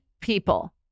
people